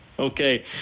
Okay